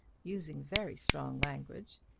using very strong language,